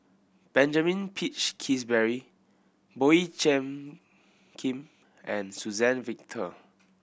Benjamin Peach Keasberry Boey Cheng Kim and Suzann Victor